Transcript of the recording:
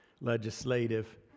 legislative